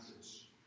message